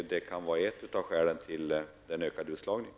Detta kan vara ett skäl till den ökade utslagningen.